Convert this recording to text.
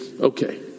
okay